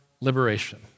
liberation